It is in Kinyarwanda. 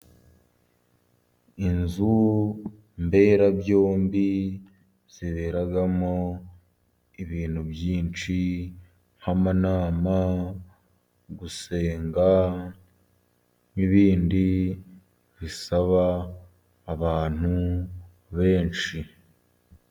Inzu mberabyombi ziberagamo ibintu byinshi, nk'amanama, gusenga, n'ibindi bisaba abantu benshi.